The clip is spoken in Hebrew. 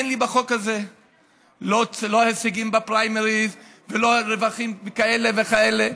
אין לי בחוק הזה לא הישגים בפריימריז ולא רווחים כאלה וכאלה.